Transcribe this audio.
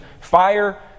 fire